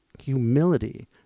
humility